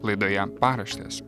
laidoje paraštės